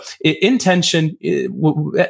intention